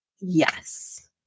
yes